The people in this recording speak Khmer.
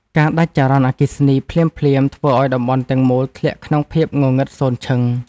ការដាច់ចរន្តអគ្គិសនីភ្លាមៗ ធ្វើឱ្យតំបន់ទាំងមូលធ្លាក់ក្នុងភាពងងឹតសូន្យឈឹង។